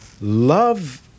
love